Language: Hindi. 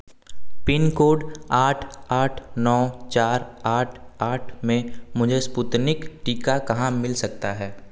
पिन कोड आठ आठ नौ चार आठ आठ में मुझे स्पुतनिक टीका कहाँ मिल सकता है